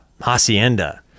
Hacienda